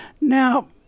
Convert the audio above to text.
Now